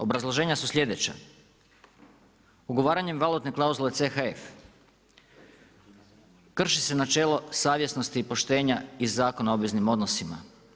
Obrazloženja su sljedeća, ugovaranjem valutne klauzule CHF krši se načelo savjesnosti i poštenja iz Zakona o obveznim odnosima.